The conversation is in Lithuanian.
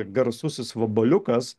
garsusis vabaliukas